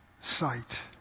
sight